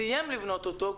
סיים לבנות אותו,